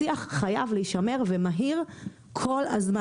השיח חייב להישמר ומהיר כל הזמן.